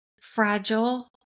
fragile